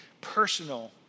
personal